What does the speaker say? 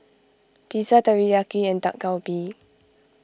Pizza Teriyaki and Dak Galbi